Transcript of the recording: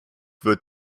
wird